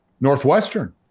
Northwestern